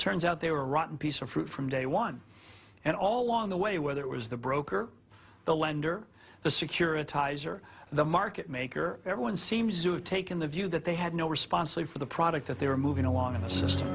turns out they were rotten piece of fruit from day one and all along the way whether it was the broker the lender the securitize or the market maker everyone seems to have taken the view that they had no responsibly for the product that they were moving along a system